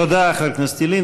תודה, חבר הכנסת ילין.